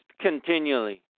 continually